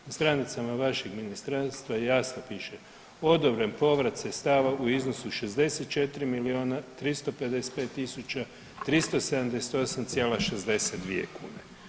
Na stranicama vašeg ministarstva jasno piše: „Odobren povrat sredstava u iznosu od 64 milijuna 355 tisuća 378,62 kune“